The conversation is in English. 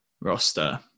roster